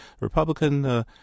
Republican